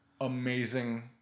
amazing